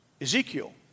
Ezekiel